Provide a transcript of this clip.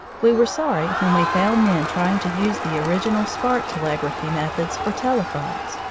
we were sorry when we found men trying to use the original spark-telegraphy methods for telephones.